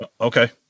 Okay